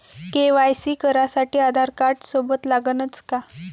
KYC करासाठी आधारकार्ड सोबत लागनच का?